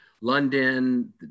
London